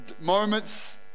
moments